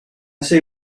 see